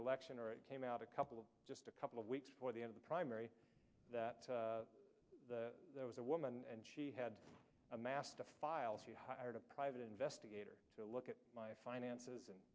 election or it came out a couple of just a couple of weeks before the end of the primary that there was a woman and she had amassed a file she hired a private investigator to look at my finances and